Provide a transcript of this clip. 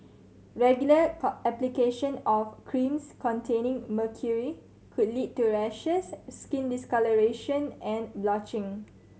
regular application of creams containing mercury could lead to rashes skin discolouration and blotching